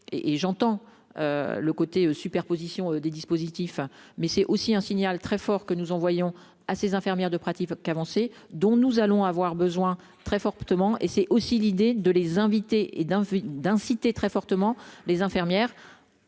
et j'entends le côté superposition des dispositifs mais c'est aussi un signal très fort que nous envoyons à ces infirmières de pratique qu'dont nous allons avoir besoin très fortement et c'est aussi l'idée de les inviter et d'un d'inciter très fortement les infirmières